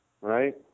right